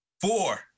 Four